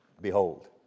Behold